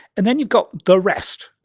and then you've got the rest,